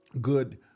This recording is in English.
Good